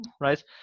right